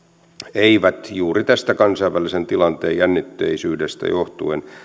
eivät juuri tästä kansainvälisen tilanteen jännitteisyydestä johtuen